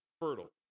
fertile